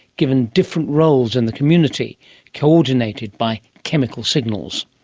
given different roles in the community coordinated by chemical signals.